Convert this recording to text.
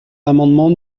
l’amendement